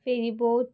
ferryboat